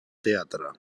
teatre